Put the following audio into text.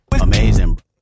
Amazing